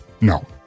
No